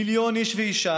מיליון איש ואישה